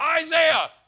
Isaiah